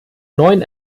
neuen